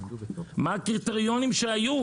מה הקריטריונים שהיו?